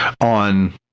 on